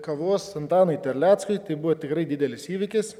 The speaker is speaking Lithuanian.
kavos antanui terleckui tai buvo tikrai didelis įvykis